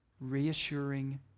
reassuring